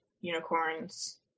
unicorns